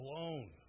alone